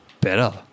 better